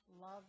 love